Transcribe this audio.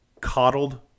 coddled